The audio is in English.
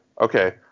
Okay